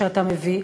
שאתה מביא.